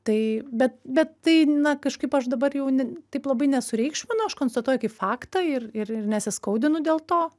tai bet bet tai na kažkaip aš dabar jau ne taip labai nesureikšminu aš konstatuoju kaip faktą ir ir ir nesiskaudinu dėl to